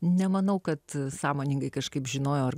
nemanau kad sąmoningai kažkaip žinojo ar